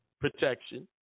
protection